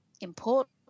important